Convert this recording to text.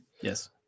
Yes